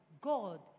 God